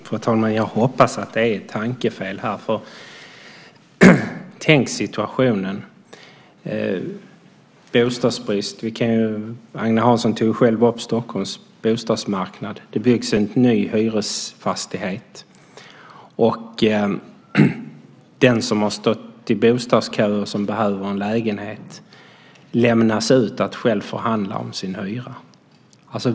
Herr talman! Jag hoppas att det är ett tankefel här. Tänk er situationen vid bostadsbrist. Agne Hansson tog själv upp Stockholms bostadsmarknad. Det byggs en ny hyresfastighet. Den som har stått i bostadskö och behöver en lägenhet lämnas ut att själv förhandla om sin hyra.